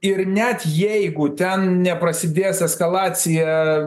ir net jeigu ten neprasidės eskalacija